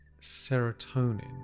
serotonin